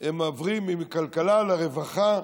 עוברים מכלכלה לרווחה.